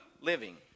living